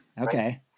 Okay